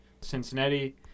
Cincinnati